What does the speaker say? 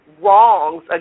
wrongs